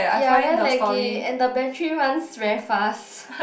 ya very laggy and the battery runs very fast